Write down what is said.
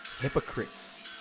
hypocrites